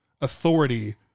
authority